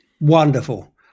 Wonderful